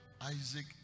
Isaac